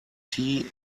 tea